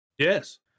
Yes